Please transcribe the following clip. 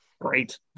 Great